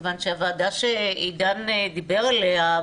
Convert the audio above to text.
כיוון שהוועדה שעידן דיבר עליה,